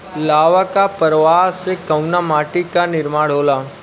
लावा क प्रवाह से कउना माटी क निर्माण होला?